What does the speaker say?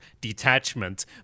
detachment